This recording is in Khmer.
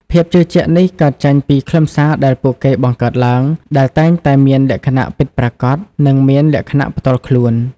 ភាពជឿជាក់នេះកើតចេញពីខ្លឹមសារដែលពួកគេបង្កើតឡើង ដែលតែងតែមានលក្ខណៈពិតប្រាកដ និងមានលក្ខណៈផ្ទាល់ខ្លួន។